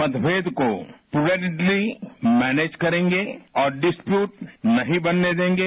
मतभेद को प्रोवेडेडली मैनेज करेंगे और डिस्प्यूट नहीं बनने देंगे